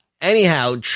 anyhow